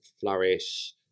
Flourish